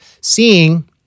seeing